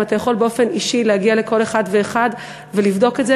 אם אתה יכול באופן אישי להגיע לכל אחד ולבדוק את זה,